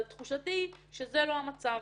אבל תחושתי היא שזה לא המצב.